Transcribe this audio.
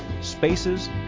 spaces